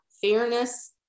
fairness